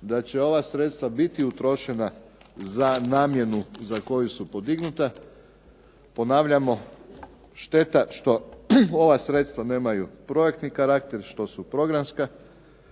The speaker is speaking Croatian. da će ova sredstva biti utrošena za namjenu za koja su podignuta. Ponavljamo, šteta što ova sredstva nemaju projektni karakter što su programska